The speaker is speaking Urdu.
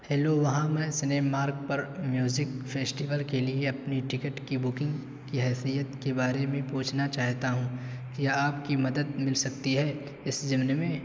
ہیلو وہاں میں سنیم مارک پر میوزک فیسٹیول کے لیے اپنی ٹکٹ کی بکنگ کی حیثیت کے بارے میں پوچھنا چاہتا ہوں کیا آپ کی مدد مل سکتی ہے اس ضمن میں